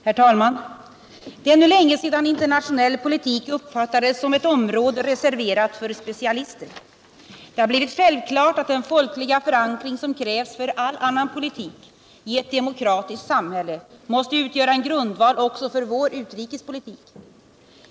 Herr talman! Det är nu länge sedan internationell politik uppfattades som ett område reserverat för specialister. Det har blivit självklart att den folkliga förankring som krävs för all annan politik i ett demokratiskt samhälle måste utgöra en grundval också för vår utrikespolitik.